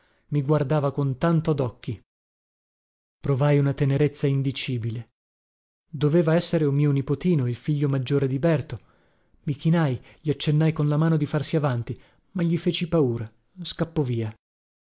i guardava con tanto docchi provai una tenerezza indicibile doveva essere un mio nipotino il figlio maggiore di berto mi chinai gli accennai con la mano di farsi avanti ma gli feci paura scappò via